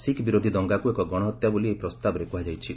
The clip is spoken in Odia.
ଶିଖ୍ ବିରୋଧୀ ଦଙ୍ଗାକୁ ଏକ ଗଣହତ୍ୟା ବୋଲି ଏହି ପ୍ରସ୍ତାବରେ କୁହାଯାଇଛି